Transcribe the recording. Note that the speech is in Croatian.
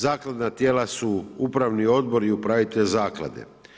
Zakladna tijela su upravni odbor i upravitelj zaklade.